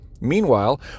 Meanwhile